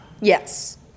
Yes